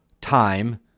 time